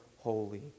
holy